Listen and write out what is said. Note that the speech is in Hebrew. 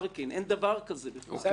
אין דבר כזה בכלל.